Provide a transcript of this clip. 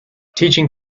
teaching